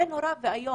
זה נורא ואיום,